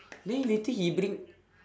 then later he bring